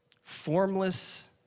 Formless